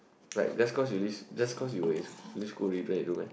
like just cause you leave just cause you were in school leave school already no need to do meh